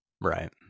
right